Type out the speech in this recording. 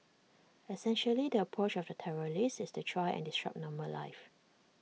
essentially the approach of the terrorists is to try and disrupt normal life